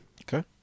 Okay